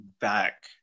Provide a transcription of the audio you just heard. back